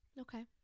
Okay